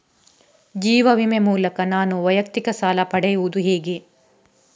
ಜೀವ ವಿಮೆ ಮೂಲಕ ನಾನು ವೈಯಕ್ತಿಕ ಸಾಲ ಪಡೆಯುದು ಹೇಗೆ?